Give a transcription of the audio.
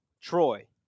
Troy